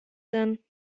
denn